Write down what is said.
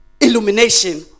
illumination